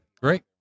Great